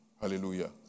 Hallelujah